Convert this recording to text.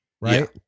right